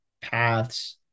paths